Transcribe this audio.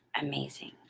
amazing